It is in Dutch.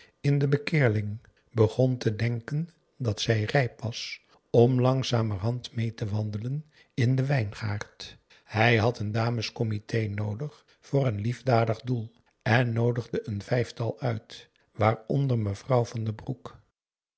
in deze bekeerlinge begon te denken dat zij rijp was om langzamerhand meê te wandelen in den wijngaard hij had een dames comité noodig voor een liefdadig doel en noodigde een vijftal uit waaronder mevrouw van den broek